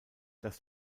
das